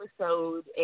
episode